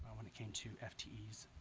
when it came to ftes